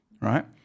right